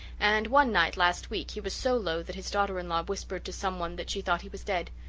and one night last week he was so low that his daughter-in-law whispered to some one that she thought he was dead.